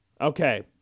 Okay